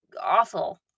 awful